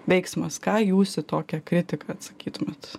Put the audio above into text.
veiksmas ką jūs į tokią kritiką atsakytumėt